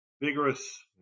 vigorous